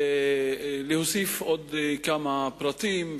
להוסיף עוד כמה פרטים,